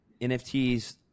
NFTs